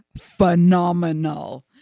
phenomenal